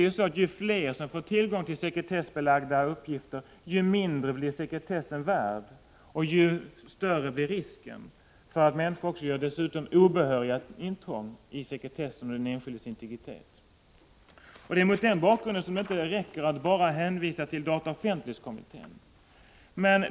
Ju fler som får tillgång till sekretessbelagda uppgifter, desto mindre blir sekretessen värd och desto större blir risken för att människor dessutom gör obehöriga intrång i sekretessen och den enskildes integritet. Därför räcker det inte att bara hänvisa till dataoch offentlighetskommit tén.